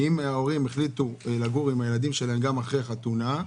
כי אם ההורים החליטו לגור עם הילדים שלהם גם אחרי החתונה,